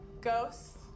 Ghosts